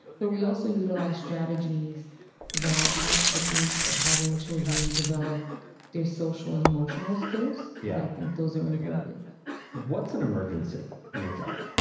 but we also utilize strategies that have techniques of having children develop their social and emotional skills. yeah, i think those are imperative what's an emergency in your job?